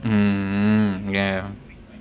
mm mm yeah yeah